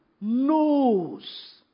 knows